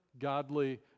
godly